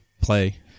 play